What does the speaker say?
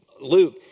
Luke